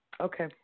Okay